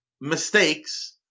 mistakes